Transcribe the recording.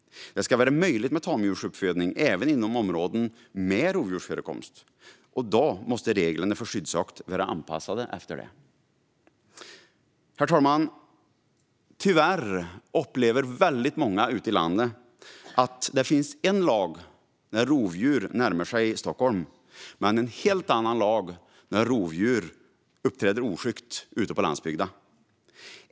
Det ska vara möjligt med tamdjursuppfödning även inom områden med rovdjursförekomst. Då måste reglerna för skyddsjakt vara anpassade efter det. Herr talman! Tyvärr upplever många ute i landet att en lag gäller när rovdjur närmar sig Stockholm men en helt annan när rovdjur uppträder oskyggt ute på landsbygden.